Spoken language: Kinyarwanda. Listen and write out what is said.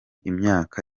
imyaka